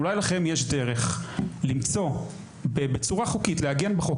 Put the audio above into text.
אולי לכם יש דרך למצוא בצורה חוקית ולעגן בחוק